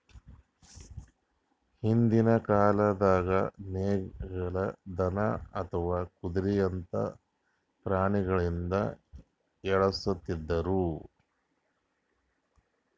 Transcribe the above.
ಹಿಂದ್ಕಿನ್ ಕಾಲ್ದಾಗ ನೇಗಿಲ್, ದನಾ ಅಥವಾ ಕುದ್ರಿಯಂತಾ ಪ್ರಾಣಿಗೊಳಿಂದ ಎಳಸ್ತಿದ್ರು